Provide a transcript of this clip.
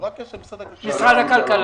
ממשרד הכלכלה.